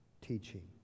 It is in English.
teaching